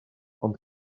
ond